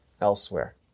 elsewhere